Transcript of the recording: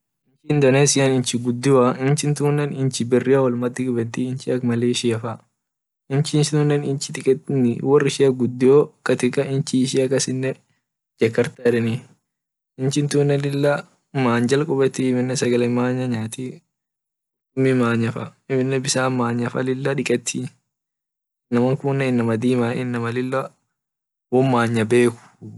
Indonesia inchi gudio inchi tunne nchi gudio wolmadi kubeti inchi ak malaysia faa wor ishia gudio katika inchi ishia kasine ekarta yedene inchi lila many jal kubeti amine wom manya nyati kurtumi manya faa bissan manya lila diketi inama kunne inama dima inama lila won manya beku.